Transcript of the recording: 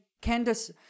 candace